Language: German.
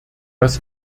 das